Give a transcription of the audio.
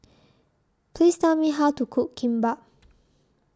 Please Tell Me How to Cook Kimbap